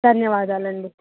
ధన్యవాదాలండి